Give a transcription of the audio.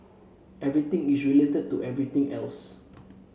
everything is related to everything else